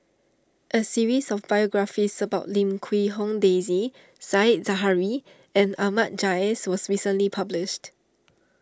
a series of biographies about Lim Quee Hong Daisy Said Zahari and Ahmad Jais was recently published